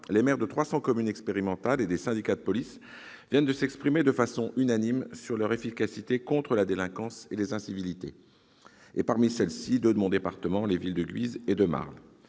les maires des 300 communes expérimentales et des syndicats de police viennent de s'exprimer de façon unanime sur leur efficacité contre la délinquance et les incivilités. Et parmi celles-ci, on trouve deux villes de mon département, Guise et Marle.